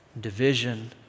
division